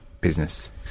business